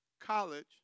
college